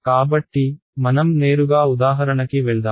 కాబట్టి మనం నేరుగా ఉదాహరణకి వెళ్దాం